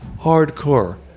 Hardcore